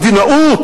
המדינאות,